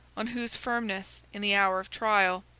on whose firmness, in the hour of trial,